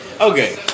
okay